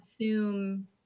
assume